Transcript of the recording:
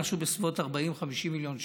משהו בסביבות 40 50 מיליון שקל,